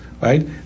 right